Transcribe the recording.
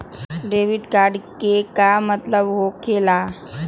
Debit card के का मतलब होकेला?